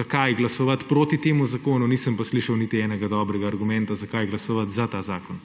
zakaj glasovati proti temu zakonu, nisem pa slišal niti enega dobrega argumenta, zakaj glasovati za ta zakon.